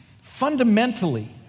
fundamentally